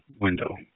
window